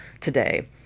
today